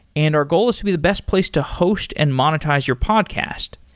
and our goal is to be the best place to host and monetize your podcast.